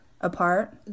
Apart